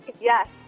Yes